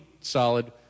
solid